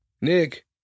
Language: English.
Nick